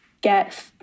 get